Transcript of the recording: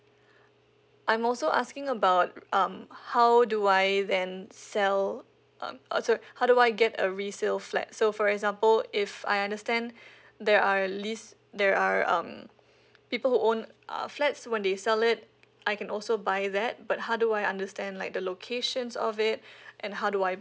I'm also asking about um how do I then sell um uh sorry how do I get a resale flat so for example if I understand there are at least there are um people who own uh flats when they sell it I can also buy that but how do I understand like the locations of it and how do I